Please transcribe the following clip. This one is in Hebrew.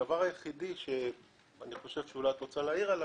הדבר היחיד שאני חושב שאולי את רוצה להעיר עליו,